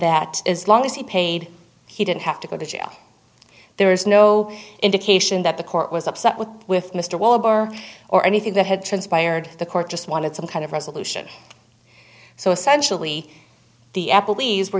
that as long as he paid he didn't have to go to jail there is no indication that the court was upset with with mr waller or anything that had transpired the court just wanted some kind of resolution so essentially the applebee's were